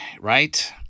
right